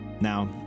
Now